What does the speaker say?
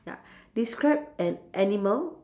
ya describe an animal